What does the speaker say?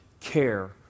care